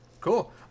Cool